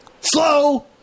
Slow